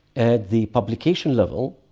at the publication level,